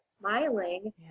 smiling